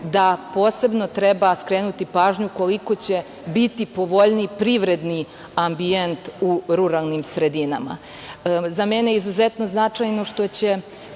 da posebno treba skrenuti pažnju koliko će biti povoljniji privredni ambijent u ruralnim sredinama. Za mene je izuzetno značajno što će